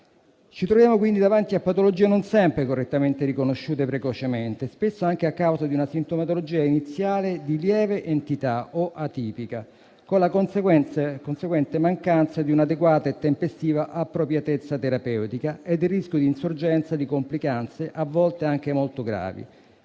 Ci troviamo quindi davanti a patologie non sempre correttamente riconosciute precocemente, spesso anche a causa di una sintomatologia iniziale di lieve entità o atipica, con la conseguente mancanza di un'adeguata e tempestiva appropriatezza terapeutica e del rischio di insorgenza di complicanze, a volte anche molto gravi,